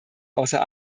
außer